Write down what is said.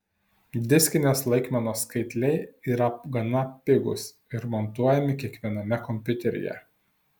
diskinės laikmenos skaitliai yra gana pigūs ir montuojami kiekviename kompiuteryje